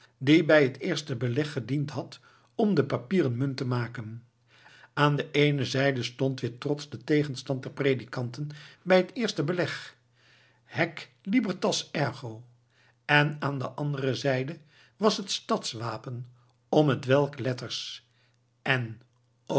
die bij het eerste beleg gediend had om de papieren munt te maken aan de eene zijde stond weer trots den tegenstand der predikanten bij het eerste beleg haec libertatis ergo en aan de andere zijde was het stadswapen om hetwelk de letters n